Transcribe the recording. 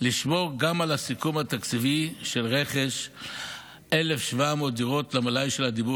לשמור גם על הסיכום התקציבי של רכש 1,700 דירות למלאי של הדיור